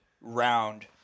round